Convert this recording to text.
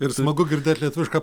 ir smagu girdėt lietuvišką